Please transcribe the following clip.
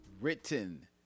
written